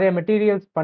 materials